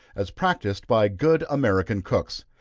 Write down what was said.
as practised by good american cooks,